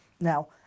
now